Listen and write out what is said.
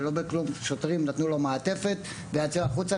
השוטרים נתנו לו מעטפת והוא יצא החוצה,